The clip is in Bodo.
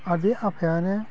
आरो बे आफायानो